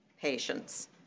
patients